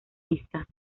vista